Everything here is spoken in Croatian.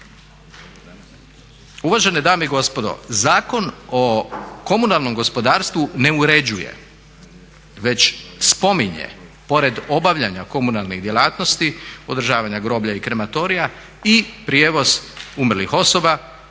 Uvažene dame i gospodo, Zakon o komunalnom gospodarstvu ne uređuje već spominje pored obavljanja komunalnih djelatnosti održavanja groblja i krematorija i prijevoz umrlih osoba